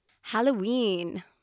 Halloween